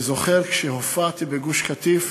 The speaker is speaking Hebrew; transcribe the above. אני זוכר שכשהופעתי בגוש-קטיף,